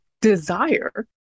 desire